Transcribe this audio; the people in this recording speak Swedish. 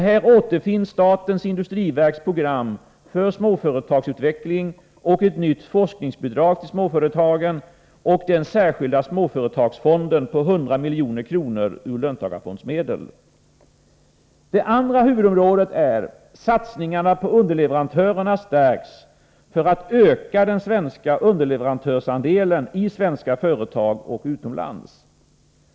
Här återfinns statens industriverks program för småföretagsutveckling, ett nytt forskningsbidrag till småföretag och den särskilda småföretagsfonden på 100 milj.kr. av löntagarfondsmedel. För det andra: Satsningarna på underleverantörerna stärks för att öka den svenska underleverantörsandelen i svenska företag och utomlands.